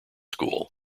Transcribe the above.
school